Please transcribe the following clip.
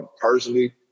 personally